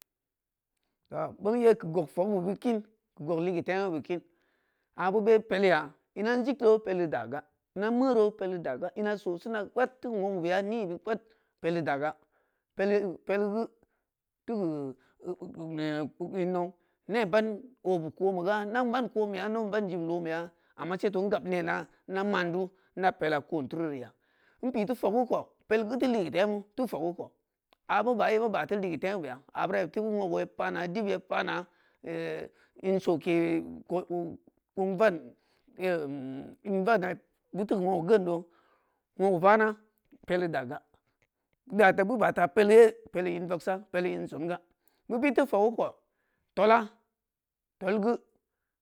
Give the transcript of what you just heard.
Tooh bong yeu keu gog fogeu be beud kin keu gog ligeu temu be kini abeu be peliya ina in zig do peli daga ina in meu meuro peli daga-ina so sina geu pat teu wong bey ani geu pat eu da ga peli peli geu teu keu in nau ne ban o be koon bega in dan ban koon beya idan ban jim loon beya ama seto in gab nena inda mandu ida pela koon tururi ya in pi teu fogeu kou peli geu teu ligeu temu abeu beya beu ba teu ligeu temu beya abura beu teu woo ge yeb pana dib yeb pana in soke beu teu keu woogeh geendo woogeu vana peli daga beu bata peli ye-peli in vagsa-peli in songa beu bid teu fogeu kou toolah tool geu